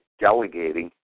delegating